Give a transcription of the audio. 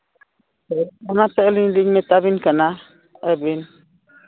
ᱚᱱᱟᱛᱮ ᱟᱹᱞᱤᱧ ᱞᱤᱧ ᱢᱮᱛᱟᱵᱤᱱ ᱠᱟᱱᱟ ᱟᱹᱵᱤᱱ